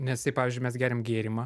nes jei pavyzdžiui mes geriam gėrimą